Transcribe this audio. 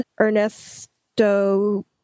Ernesto